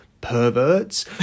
perverts